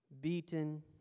beaten